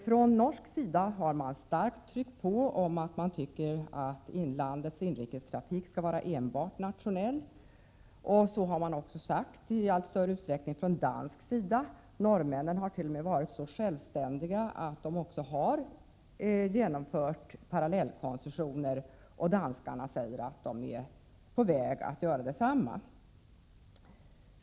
Från norsk sida har man starkt tryckt på att man tycker att landets inrikestrafik skall vara enbart nationell, och så anser man i allt större utsträckning också från dansk sida. Norrmännen har t.o.m. varit så självständiga att de också har genomfört parallellkoncessioner, och danskarna säger att de är på väg att göra detsamma.